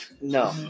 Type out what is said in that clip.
No